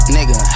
Nigga